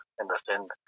understand